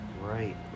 Right